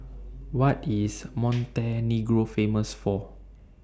What IS Montenegro Famous For